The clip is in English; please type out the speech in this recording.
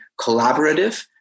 collaborative